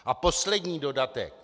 A poslední dodatek.